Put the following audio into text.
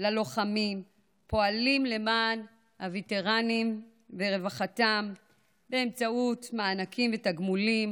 ללוחמים ופועלים למען הווטרנים ולמען רווחתם באמצעות מענקים ותגמולים